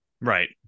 Right